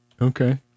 Okay